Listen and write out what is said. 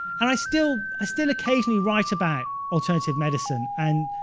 and i still i still occasionally write about alternative medicine and